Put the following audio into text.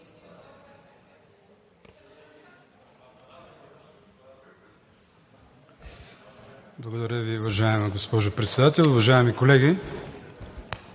Благодаря Ви, уважаема госпожо Председател. Уважаеми колеги,